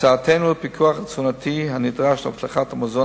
הצעתנו לפיקוח תזונתי הנדרש להבטחת המזון